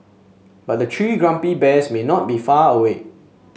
but the three grumpy bears may not be far away